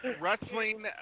wrestling